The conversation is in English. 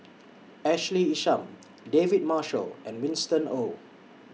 Ashley Isham David Marshall and Winston Oh